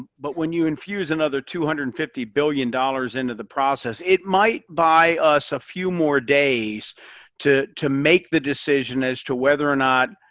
but when you infuse another two hundred and fifty billion dollars into the process it might buy us a few more days to to make the decision as to whether or not,